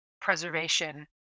preservation